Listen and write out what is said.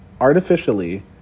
Artificially